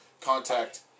contact